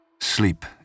sleep